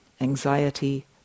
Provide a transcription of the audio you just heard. anxiety